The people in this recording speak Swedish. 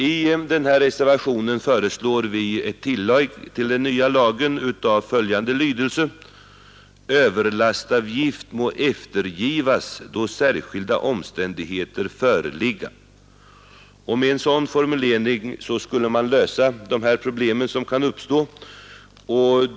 I reservationen 1 föreslår vi ett tillägg till den nya lagen av följande lydelse: ”Överlastavgift må eftergivas då särskilda omständigheter föreligga.” Med en sådan formulering skulle man lösa de problem som kan uppstå.